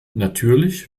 natürlich